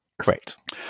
Correct